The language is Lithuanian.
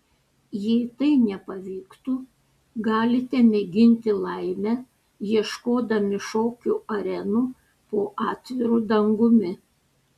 jei tai nepavyktų galite mėginti laimę ieškodami šokių arenų po atviru dangumi